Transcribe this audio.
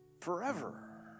forever